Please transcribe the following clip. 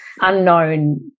unknown